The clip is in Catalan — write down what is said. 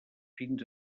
fins